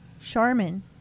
Charmin